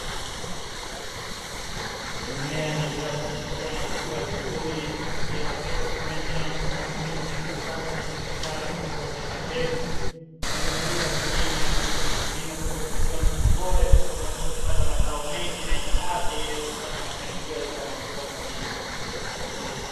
Mimea inayoendelea kuchipua na kukua vizuri, niliyoteshwa kutumia njia na mfumo wa kilimo cha kisasa na cha kitaalamu cha kuotesha mbegu, njia hii ya kilimo inamwezesha mkulima kuweza kuchagua mbegu bora itakayomwezesha kupata mazao mengi na yenye afya ili aweze kupata mafanikio yaliyokuwa makubwa kabisa.